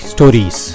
Stories